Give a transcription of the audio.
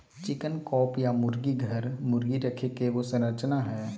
chicken coop या मुर्गी घर, मुर्गी रखे के एगो संरचना हइ